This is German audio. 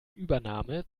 übernahme